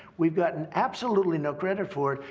we've gotten absolutely no credit for it,